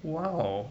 !wow!